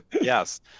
Yes